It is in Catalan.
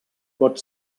pot